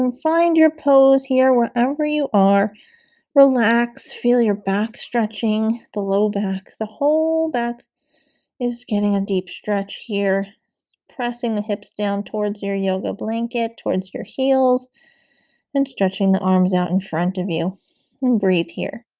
um find your pose here wherever you are relax, feel your back stretching the low back the whole back is getting a deep stretch here pressing the hips down towards your yoga blanket towards your heels and stretching the arms out in front of you and breathe here